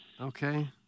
Okay